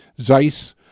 Zeiss—